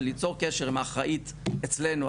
זה ליצור קשר עם האחראית אצלנו,